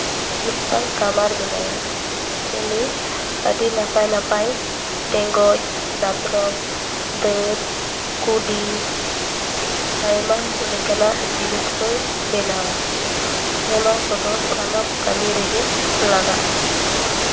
ᱢᱤᱫᱴᱟᱱ ᱠᱟᱢᱟᱨ ᱢᱮᱱᱟᱭᱟ ᱩᱱᱤ ᱟᱹᱰᱤ ᱱᱟᱯᱟᱭ ᱱᱟᱯᱟᱭ ᱴᱮᱸᱜᱚᱪ ᱫᱟᱛᱨᱚᱢ ᱫᱟᱹᱛ ᱠᱩᱰᱤ ᱟᱭᱢᱟ ᱞᱮᱠᱟᱱᱟᱜ ᱡᱤᱱᱤᱥ ᱜᱮᱭ ᱵᱮᱱᱟᱣᱟ ᱚᱱᱟ ᱠᱚᱫᱚ ᱥᱟᱱᱟᱢ ᱠᱟᱹᱢᱤᱨᱮ ᱞᱟᱜᱟᱜᱼᱟ